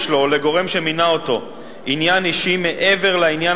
לו או לגורם שמינה אותו עניין אישי מעבר לעניין